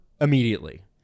immediately